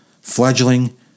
fledgling